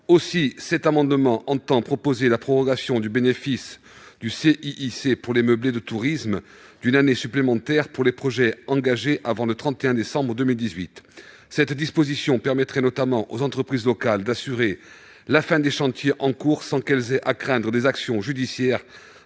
Aussi, cet amendement a pour objet de proposer la prorogation du bénéfice du CIIC, pour les meublés de tourisme, d'une année supplémentaire pour les projets engagés avant le 31 décembre 2018. Cette disposition permettrait notamment aux entreprises locales d'assurer la fin des chantiers en cours sans avoir à craindre des actions judiciaires